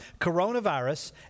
coronavirus